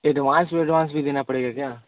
advance वेडवांस भी देना पड़ेगा क्या